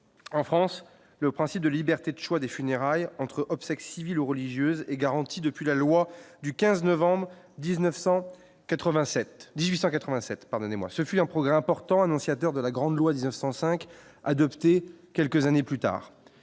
en France le principe de liberté de choix des funérailles entre obsèques civiles ou religieuses et garanti depuis la loi du 15 novembre 1987, 1887 pardonnez-moi, ce fut un progrès important annonciateur de la grande loi 1905 adopté quelques années plus tard